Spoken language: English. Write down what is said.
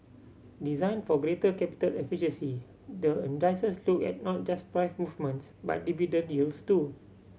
designed for greater capital efficiency the indices look at not just price movements but dividend yields too